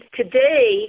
today